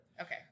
Okay